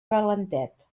calentet